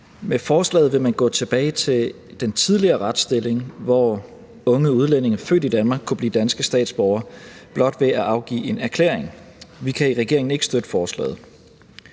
Med forslaget vil man gå tilbage til den tidligere retsstilling, hvor unge udlændinge født i Danmark kunne blive danske statsborgere blot ved at afgive en erklæring. Vi kan i regeringen ikke støtte forslaget.